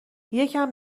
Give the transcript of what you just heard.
یکم